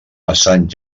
passant